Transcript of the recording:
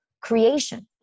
creation